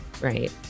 right